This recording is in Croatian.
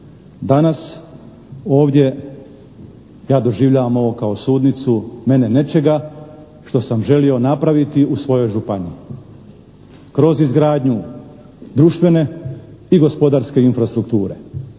Danas ovdje ja doživljavam ovo kao sudnicu mene, nečega što sam želio napraviti u svojoj županiji kroz izgradnju društvene i gospodarske infrastrukture,